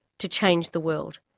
to change the world!